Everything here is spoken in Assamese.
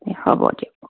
হ'ব দিয়ক